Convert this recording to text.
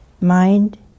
mind